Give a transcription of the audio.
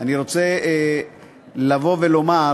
מיקי,